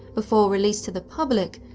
before released to the public,